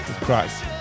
Christ